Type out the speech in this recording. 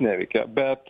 neveikia bet